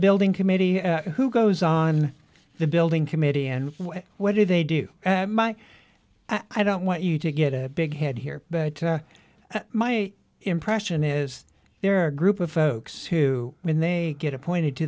building committee who goes on the building committee and what do they do my i don't want you to get a big head here my impression is there are a group of folks who when they get appointed to